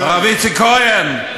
הרב איציק כהן,